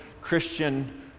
Christian